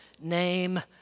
name